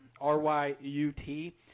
R-Y-U-T